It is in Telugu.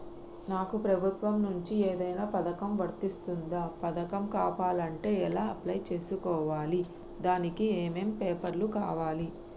నాకు ప్రభుత్వం నుంచి ఏదైనా పథకం వర్తిస్తుందా? పథకం కావాలంటే ఎలా అప్లై చేసుకోవాలి? దానికి ఏమేం పేపర్లు కావాలి?